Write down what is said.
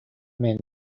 men